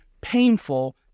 painful